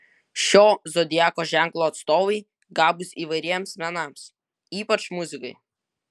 šio zodiako ženklo atstovai gabūs įvairiems menams ypač muzikai